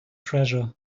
treasure